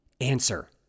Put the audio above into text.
Answer